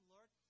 Lord